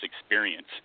experience